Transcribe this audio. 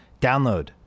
Download